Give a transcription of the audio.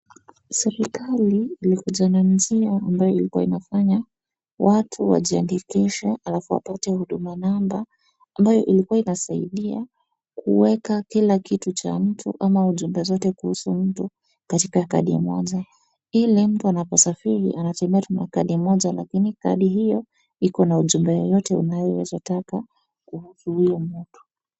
Serikali ilikuja na njia ambayo ilikuwa inafanya watu wajiandikishe alafu wapate huduma namba ambayo ilikuwa inasaidia kuweka kila kitu cha mtu ama ujumbe zote kuhusu mtu katika kadi moja. Ile mtu anaposafiri anatembea tu na kadi moja lakini kadi hiyo iko na ujumbe yoyote unayoweza taka kuhusu uyo mtu.